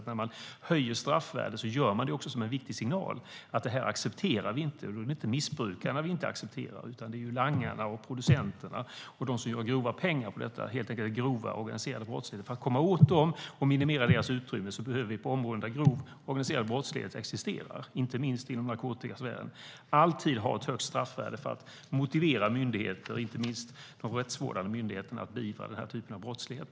När man höjer straffvärdet gör man det också som en viktig signal: Det här accepterar vi inte. Och då är det inte missbrukarna vi inte accepterar, utan det är langarna, producenterna och de som gör grova pengar på detta, helt enkelt grova organiserade brottslingar. För att komma åt dem och minimera deras utrymme behöver vi på områden där grov organiserad brottslighet existerar, inte minst inom narkotikasfären, alltid ha ett högt straffvärde för att motivera myndigheter, inte minst de rättsvårdande myndigheterna, att beivra den typen av brottslighet.